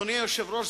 אדוני היושב-ראש,